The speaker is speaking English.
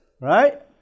right